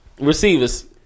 Receivers